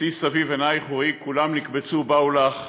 "שאי סביב עיניך וראי כֻּלם נקבצו באו לך.